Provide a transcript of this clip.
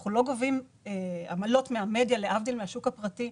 אנחנו לא גובים עמלות מהמדיה להבדיל מהשוק הפרטי.